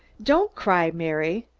don't cry, mary!